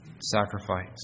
sacrifice